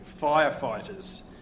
firefighters